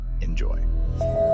enjoy